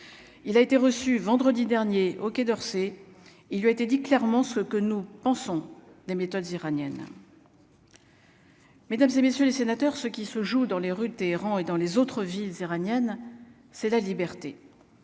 il a été reçu vendredi dernier au Quai d'Orsay, il lui a été dit clairement ce que nous pensons des méthodes iranienne. Mesdames et messieurs les sénateurs, ce qui se joue dans les rues de Téhéran et dans les autres villes iraniennes, c'est la liberté,